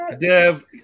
Dev